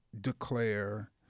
declare